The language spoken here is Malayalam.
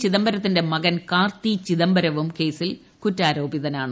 ചിദംബരത്തിന്റെ മകൻ കാർത്തിചിദംബരവും കേസിൽ കുറ്റാരോപിതനാണ്